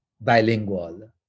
bilingual